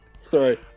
sorry